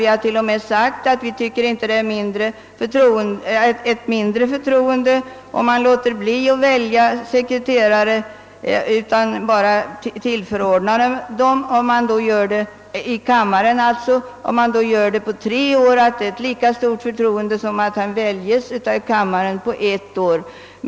Vi anser inte alt det är ett bevis på ett mindre förtroende om man inte väljer sekreterare i kamrarna utan bara tillförordnar dem. Om förordnandet blir på tre år anser vi att det är lika stort förtroende som att sekreteraren väljs av kammaren på ett år.